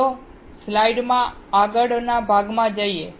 ચાલો સ્લાઇડના આગલા ભાગ પર જઈએ